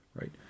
right